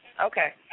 Okay